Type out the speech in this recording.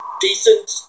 decent